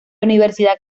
universidad